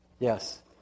Yes